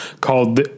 called